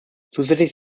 zusätzlich